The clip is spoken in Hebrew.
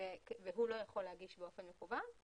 והוא לא יכול להגיש באופן מקוון,